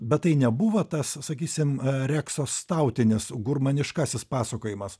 bet tai nebuvo tas sakysime reksostautinis gurmaniškasis pasakojimas